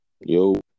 yo